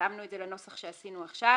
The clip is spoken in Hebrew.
התאמנו את זה לנוסח שעשינו עכשיו.